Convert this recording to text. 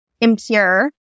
impure